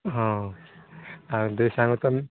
ହଁ ଆଉ ଦୁଇ ସାଙ୍ଗ ତୁମେ